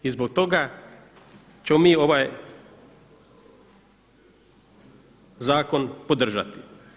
I zbog toga ćemo mi ovaj zakon podržati.